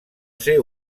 ser